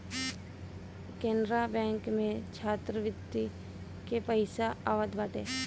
Canara bank में छात्रवृत्ति के पईसा आवत बाटे